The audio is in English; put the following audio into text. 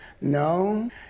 No